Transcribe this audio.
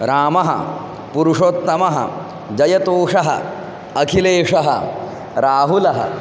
रामः पुरुषोत्तमः जयतोषः अखिलेशः राहुलः